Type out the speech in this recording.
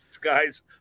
guys